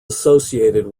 associated